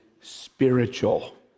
spiritual